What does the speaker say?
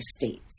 states